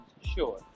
Sure